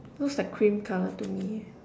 looks like cream colour to me